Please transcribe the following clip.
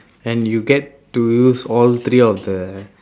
and you get to use all three of the